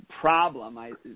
problem